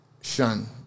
shun